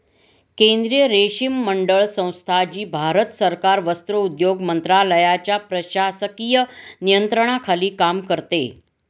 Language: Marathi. केंद्रीय रेशीम मंडळ संस्था, जी भारत सरकार वस्त्रोद्योग मंत्रालयाच्या प्रशासकीय नियंत्रणाखाली काम करते